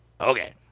Okay